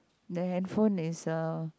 the handphone is a